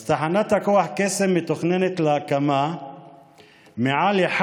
אז תחנת הכוח קסם מתוכננת להקמה מעל אחד